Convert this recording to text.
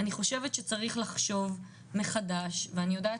אני חושבת שצריך לחשוב מחדש ואני יודעת